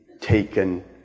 taken